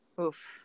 oof